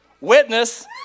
witness